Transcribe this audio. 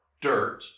dirt